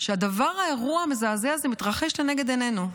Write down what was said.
שהדבר הזה, האירוע המזעזע הזה, מתרחש לנגד עינינו.